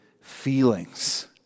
feelings